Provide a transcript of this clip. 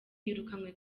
yirukanywe